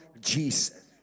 Jesus